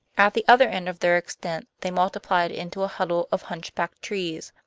at the other end of their extent they multiplied into a huddle of hunchbacked trees,